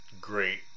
great